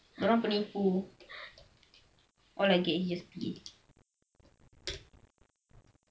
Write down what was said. dia orang penipu oh okay I just pee